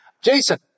Jason